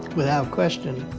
without question,